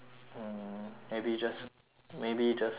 maybe just maybe just sizing you up